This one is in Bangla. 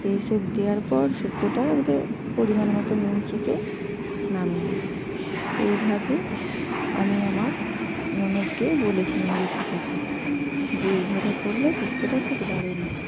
এইসব দেওয়ার পর শুক্তোটা এবার পরিমাণ মতো নুন চেখে নামিয়ে নেবে এইভাবে আমি আমার ননদকে বলেছিলাম রেসিপিটা যে এইভাবে করলে শুক্তোটা খুব দারুণ হয়